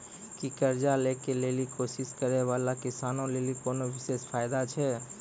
कि कर्जा लै के लेली कोशिश करै बाला किसानो लेली कोनो विशेष फायदा छै?